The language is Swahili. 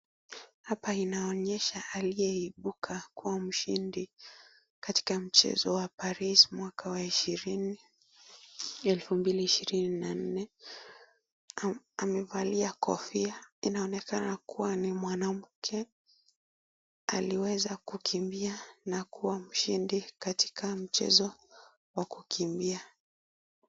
Hapa inaonyesha aliyeibuka kwa mashindi katika mchezo wa Paris mwaka wa 2024. Amevalia kofia, inaonekana kuwa ni mwanamke aliweza kukimbia na kuwa mshindi katika mchezo wa kukimbia.